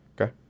Okay